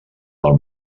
del